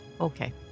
Okay